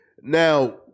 Now